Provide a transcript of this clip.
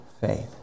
faith